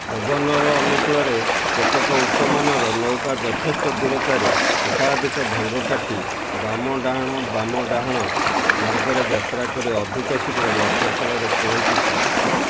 ପବନର ଅନୁକୂଳରେ କେତେକ ଉଚ୍ଚମାନର ନୌକା ଯଥେଷ୍ଟ ଦୂରତାରେ ଏକାଧିକ ଭାଙ୍ଗ କାଟି ବାମ ଡାହାଣ ବାମ ଡାହାଣ ମାର୍ଗରେ ଯାତ୍ରା କରି ଅଧିକ ଶୀଘ୍ର ଲକ୍ଷ୍ୟସ୍ଥଳରେ ପହଞ୍ଚି ପାରିବ